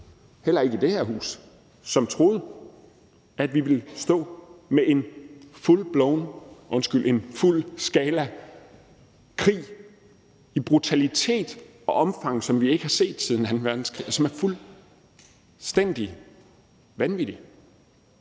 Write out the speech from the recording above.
heller ikke i det her hus – som troede, at vi ville stå med en fuldskalakrig med en brutalitet og i et omfang, som vi ikke har set siden anden verdenskrig, og som er fuldstændig vanvittig.